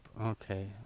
okay